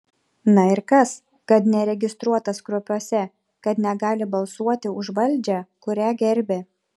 na ir kas kad neregistruotas kruopiuose kad negali balsuoti už valdžią kurią gerbia